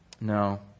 No